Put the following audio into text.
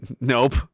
nope